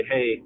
Hey